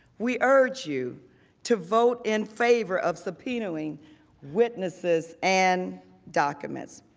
we urge you to vote in favor of subpoenaing witnesses and documents.